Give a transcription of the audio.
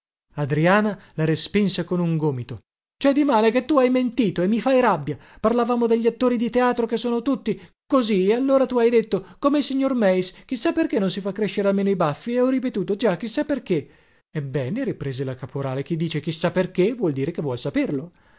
adriana la respinse con un gomito cè di male che tu hai mentito e mi fai rabbia parlavamo degli attori di teatro che sono tutti così e allora tu hai detto come il signor meis chi sa perché non si fa crescere almeno i baffi e io ho ripetuto già chi sa perché ebbene riprese la caporale chi dice chi sa perché vuol dire che vuol saperlo